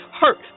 Hurt